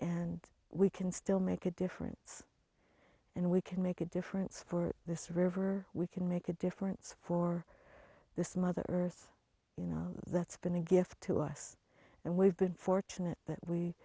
and we can still make a difference and we can make a difference for this river we can make a difference for this mother earth you know that's been a gift to us and we've been fortunate that we